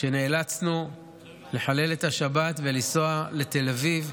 כשנאלצנו לחלל את השבת ולנסוע לתל אביב,